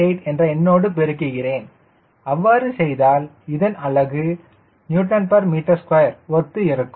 8 என்ற எண்ணோடு பெருக்கிறேன் அவ்வாறு செய்தால் இதன் அலகு Nm2 ஒத்து இருக்கும்